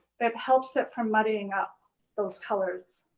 it helps it from muddying up those colors.